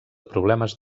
problemes